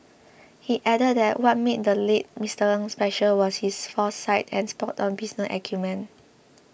he added that what made the late Mister Ng special was his foresight and spoton business acumen